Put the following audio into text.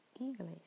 English